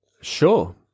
sure